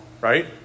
right